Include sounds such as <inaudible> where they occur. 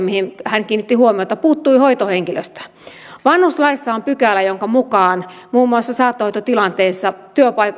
<unintelligible> mihin hän kiinnitti huomiota puuttui hoitohenkilöstöä vanhuslaissa on pykälä jonka mukaan muun muassa saattohoitotilanteessa